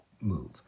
move